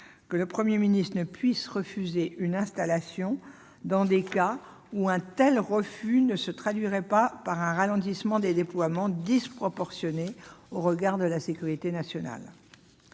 que le Premier ministre ne puisse refuser une installation que dans les cas où un tel refus ne se traduirait pas par un ralentissement des déploiements disproportionné au regard de la sécurité nationale.